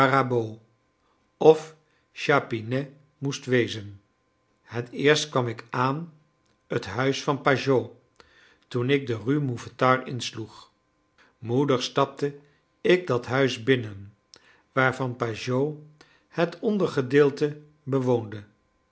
of chapinet moest wezen het eerst kwam ik aan het huis van pajot toen ik de rue mouffetard insloeg moedig stapte ik dat huis binnen waarvan pajot het ondergedeelte bewoonde